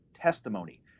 testimony